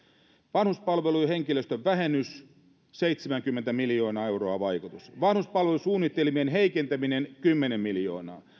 vanhuspalveluiden henkilöstövähennys vaikutus seitsemänkymmentä miljoonaa euroa vanhuspalvelusuunnitelmien heikentäminen kymmenen miljoonaa